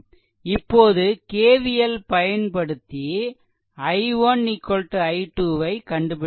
இபோது KVL பயன்படுத்தி i1 i2 ஐ கண்டுபிடிக்கலாம்